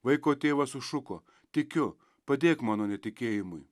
vaiko tėvas sušuko tikiu padėk mano netikėjimui